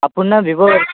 அப்படின்னா விவோ எடு